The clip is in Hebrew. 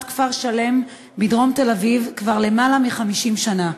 כפר-שלם בדרום תל-אביב חווים כבר למעלה מ-50 שנה.